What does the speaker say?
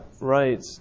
right